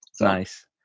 Nice